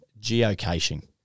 geocaching